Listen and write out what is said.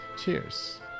cheers